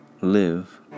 live